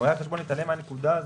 רואה החשבון התעלם מהנקודה הזאת,